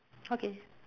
okay